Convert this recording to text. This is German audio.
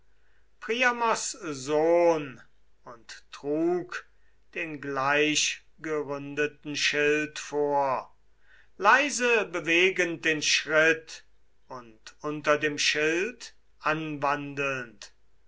sohn und trug den gleichgeründeten schild vor leise bewegend den schritt und unter dem schild anwandelnd